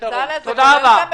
זה אגב דבר מדהים שכחול לבן תומכים